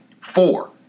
Four